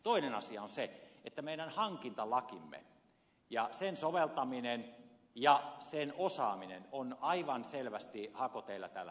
toinen asia on se että meidän hankintalakimme ja sen soveltaminen ja sen osaaminen ovat aivan selvästi hakoteillä tällä hetkellä